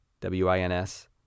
W-I-N-S